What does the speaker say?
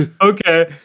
okay